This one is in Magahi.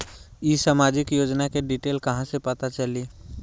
ई सामाजिक योजना के डिटेल कहा से पता चली?